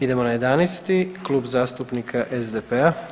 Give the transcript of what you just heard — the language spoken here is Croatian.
Idemo na 11., Klub zastupnika SDP-a.